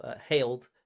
hailed